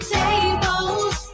tables